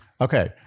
Okay